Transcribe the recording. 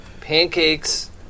Pancakes